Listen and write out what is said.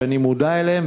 שאני מודע אליהן,